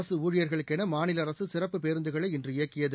அரசு ஊழியர்களுக்கென மாநில அரசு சிறப்பு பேருந்துகளை இன்று இயக்கியது